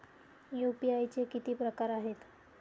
UPI चे किती प्रकार आहेत?